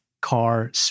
car